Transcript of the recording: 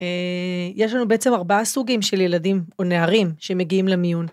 יש לנו בעצם ארבעה סוגים של ילדים או נערים שמגיעים למיון.